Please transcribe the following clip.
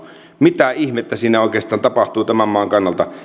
mitä ihmettä siinä oikeastaan tapahtui tämän maan kannalta kun